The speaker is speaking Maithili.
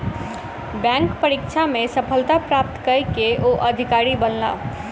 बैंक परीक्षा में सफलता प्राप्त कय के ओ अधिकारी बनला